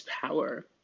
power